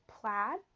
plaid